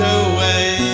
away